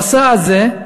המסע הזה,